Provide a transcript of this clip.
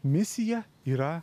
misija yra